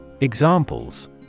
Examples